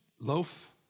loaf